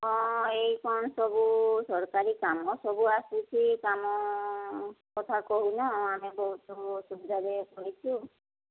ହଁ ଏଇ କ'ଣ ସବୁ ସରକାରୀ କାମ ସବୁ ଆସୁଛି କାମ କଥା କହୁନ ଆମେ ବହୁତ ଅସୁବିଧାରେ ପଡ଼ିଛୁ